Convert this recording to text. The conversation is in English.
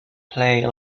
play